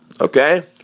okay